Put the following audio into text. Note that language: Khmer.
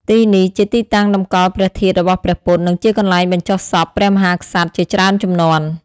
ទីនេះជាទីតាំងតម្កល់ព្រះធាតុរបស់ព្រះពុទ្ធ និងជាកន្លែងបញ្ចុះសពព្រះមហាក្សត្រជាច្រើនជំនាន់។